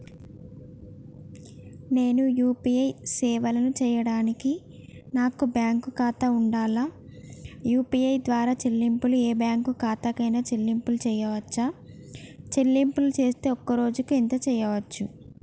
నేను యూ.పీ.ఐ సేవలను చేయడానికి నాకు బ్యాంక్ ఖాతా ఉండాలా? యూ.పీ.ఐ ద్వారా చెల్లింపులు ఏ బ్యాంక్ ఖాతా కైనా చెల్లింపులు చేయవచ్చా? చెల్లింపులు చేస్తే ఒక్క రోజుకు ఎంత చేయవచ్చు?